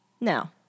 Now